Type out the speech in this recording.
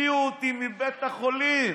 הביאו אותי מבית החולים.